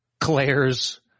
Claire's